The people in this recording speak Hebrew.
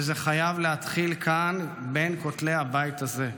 וזה חייב להתחיל כאן בין כותלי הבית הזה.